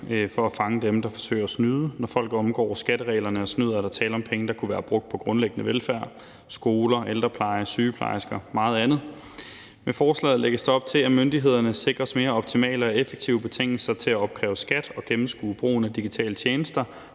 de kan fange dem, der forsøger at snyde. Når folk omgår skattereglerne og snyder, er der tale om penge, der kunne være brugt på grundlæggende velfærd – skoler, ældrepleje, sygeplejersker og meget andet. Med forslaget lægges der op til, at myndighederne sikres mere optimale og effektive betingelser til at opkræve skat og gennemskue brugen af digitale tjenester,